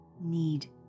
need